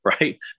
right